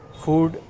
food